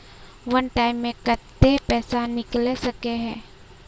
वन time मैं केते पैसा निकले सके है?